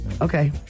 Okay